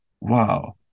wow